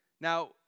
Now